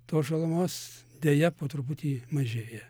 tos žalumos deja po truputį mažėja